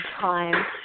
time